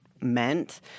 meant